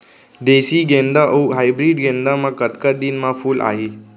देसी गेंदा अऊ हाइब्रिड गेंदा म कतका दिन म फूल आही?